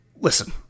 Listen